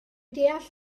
deall